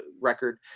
record